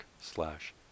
slash